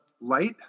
Light